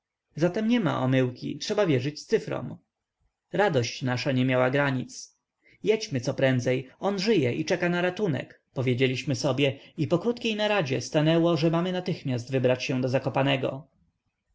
pamiętają takiej zatem niema omyłki trzeba wierzyć cyfrom radość nasza nie miała granic jedźmy coprędzej on żyje i czeka na ratunek powiedzieliśmy sobie i po krótkiej naradzie stanęło że mamy natychmiast wybrać się do zakopanego